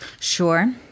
Sure